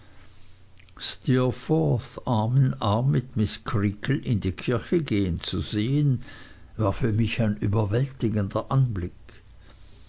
creakle in die kirche gehen zu sehen war für mich ein überwältigender anblick